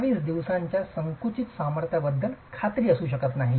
28 दिवसांच्या संकुचित सामर्थ्याबद्दल खात्री असू शकत नाही